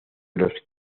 los